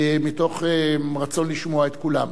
מתוך רצון לשמוע את כולם.